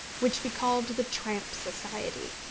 which we called the tramp society,